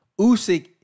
Usyk